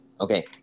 Okay